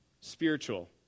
spiritual